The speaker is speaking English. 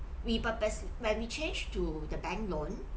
we purpose when we changed to the bank loan